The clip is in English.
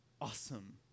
awesome